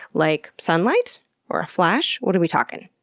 like sunlight or a flash? what are we talkin'?